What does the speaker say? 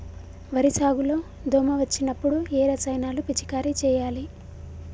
వరి సాగు లో దోమ వచ్చినప్పుడు ఏ రసాయనాలు పిచికారీ చేయాలి?